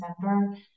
december